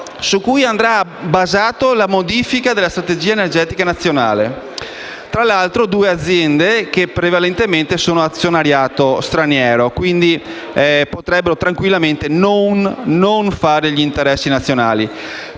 su cui andrà basata la modifica della strategia energetica nazionale. Tra l'altro, due aziende che prevalentemente sono ad azionariato straniero e, quindi, potrebbero tranquillamente non fare gli interessi nazionali.